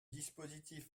dispositif